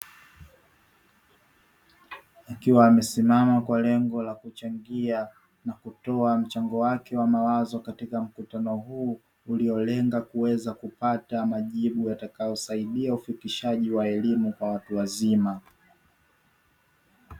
Akiwa amesimama kwa lengo la kuchangia na kutoa mchango wake wa mawazo katika mkutano huu, uliolenga kuweza kupata majibu yatakayosaidia ufikishaji wa elimu kwa watu wazima.